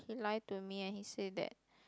he lied to me and he say that